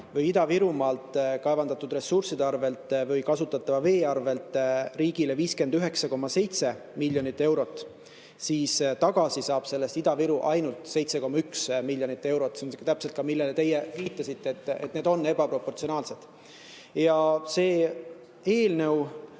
Ida-Virumaalt kaevandatud ressursside arvel või kasutatava vee arvel riigile 59,7 miljonit eurot, siis tagasi saab Ida-Viru sellest ainult 7,1 miljonit eurot. See on täpselt see, millele ka teie viitasite, et see on ebaproportsionaalne. See eelnõu